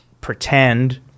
pretend